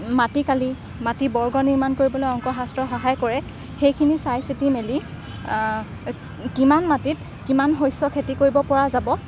মাটি কালি মাটি বৰ্গ নিৰ্মাণ কৰিবলৈ অংক শাস্ত্ৰই সহায় কৰে সেইখিনি চাই চিতি মেলি কিমান মাটিত কিমান শস্য খেতি কৰিব পৰা যাব